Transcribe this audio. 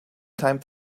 time